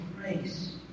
grace